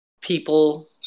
people